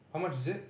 how much is it